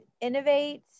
innovate